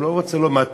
הוא לא רוצה לא מטוס,